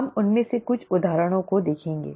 हम उनमें से कुछ उदाहरणों को देखेंगे